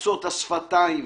קפוצות השפתיים,